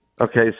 Okay